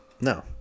no